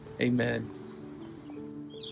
Amen